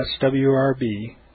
swrb